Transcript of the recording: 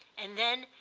and then,